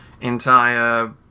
entire